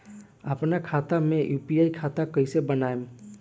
आपन खाता के यू.पी.आई खाता कईसे बनाएम?